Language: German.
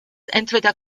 entweder